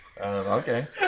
Okay